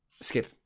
skip